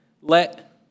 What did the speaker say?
Let